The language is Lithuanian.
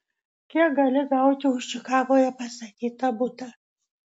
kiek gali gauti už čikagoje pastatytą butą